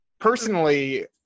Personally